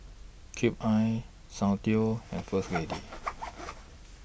Cube I Soundteoh and First Lady